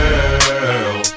Girl